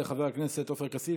תודה רבה לחבר הכנסת עופר כסיף.